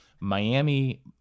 Miami